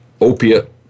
opiate